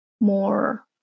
more